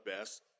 best